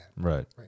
Right